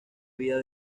vida